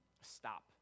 stop